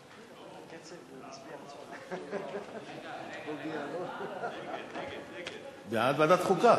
ההצעה להעביר את הנושא לוועדת החוקה,